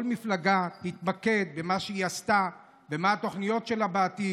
כל מפלגה תתמקד במה שהיא עשתה ובתוכניות שלה בעתיד.